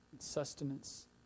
sustenance